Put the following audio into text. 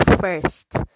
first